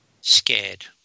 scared